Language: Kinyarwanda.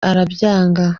arabyanga